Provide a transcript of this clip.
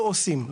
לא עושים,